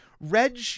Reg